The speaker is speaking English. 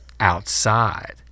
outside